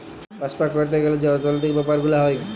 বাপ্সা ক্যরতে গ্যালে যে অর্থলৈতিক ব্যাপার গুলা হ্যয়